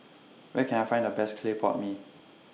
Where Can I Find The Best Clay Pot Mee